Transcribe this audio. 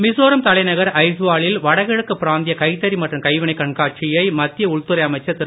மிசோராம் தலைநகர் அய்ஸ்வா லில் வடகிழக்கு பிராந்திய கைத்தறி மற்றும் கைவினை கண்காட்சியை மத்திய உள்துறை அமைச்சர் திரு